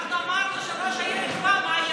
אנחנו אמרנו שראש העיר יקבע מה יהיה פתוח,